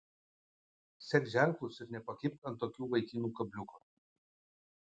sek ženklus ir nepakibk ant tokių vaikinų kabliuko